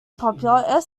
popular